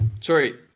Sorry